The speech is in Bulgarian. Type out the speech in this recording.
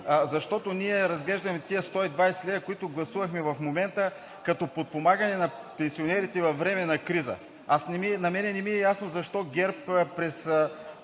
защото ние разглеждаме тези 120 лв., които гласувахме в момента, като подпомагане на пенсионерите във време на криза. На мен не ми е ясно защо ГЕРБ през